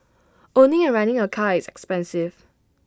owning and running A car is expensive